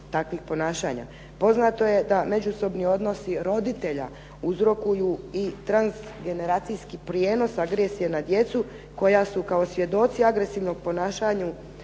takvih ponašanja. Poznato je da međusobni odnosi roditelja uzrokuju i trans generacijski prijenos agresije na djecu koja su kao svjedoci agresivnom ponašanju